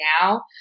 now